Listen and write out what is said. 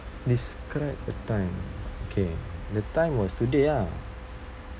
this correct uh time okay the time was today ah